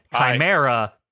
Chimera